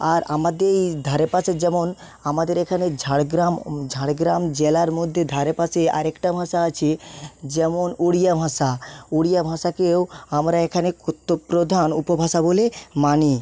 আর আমাদের এই ধারে পাশের যেমন আমাদের এখানে ঝাড়গ্রাম ঝাড়গ্রাম জেলার মধ্যে ধারে পাশে আরেকটা ভাষা আছে যেমন উড়িয়া ভাষা উড়িয়া ভাষাকেও আমরা এখানে কথ্য প্রধান উপভাষা বলে মানি